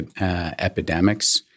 epidemics